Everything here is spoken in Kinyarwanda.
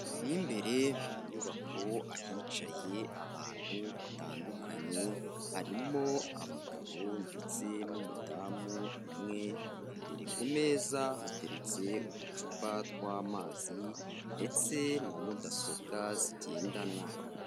Mu imbere mu nyubako ahicaye abantu batandukanye, harimo abagabo ndetse n'umudamu umwe, imbere ku meza hateretse uducupa tw'amazi ndetse na mudasobwa zigendanwa.